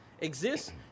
exists